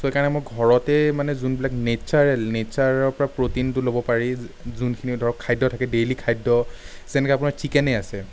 চ' সেই কাৰণে মোৰ ঘৰতে মানে যোনবিলাক নেছাৰেল নেছাৰৰ পৰা প্ৰ'টিনটো ল'ব পাৰি যোনখিনি ধৰক খাদ্য থাকে ডেইলী খাদ্য যেনেকে আপোনাৰ চিকেনেই আছে